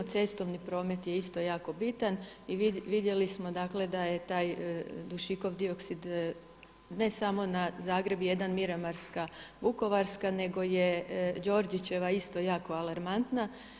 Cestovni promet je isto jako bitan i vidjeli smo dakle da je taj dušikov dioksid ne samo na Zagreb jedan Miramarska Vukovarska, nego je Đorđičeva isto jako alarmantna.